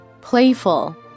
Playful